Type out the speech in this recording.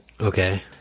Okay